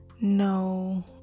No